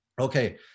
okay